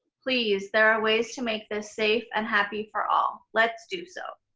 please, there are ways to make this safe and happy for all, let's do so.